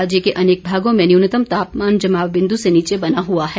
राज्य के अनेक भागों में न्यूनतम तापमान जमाव बिंदु से नीचे बना हुआ है